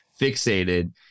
fixated